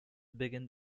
begin